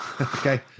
okay